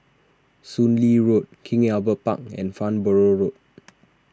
Soon Lee Road King Albert Park and Farnborough Road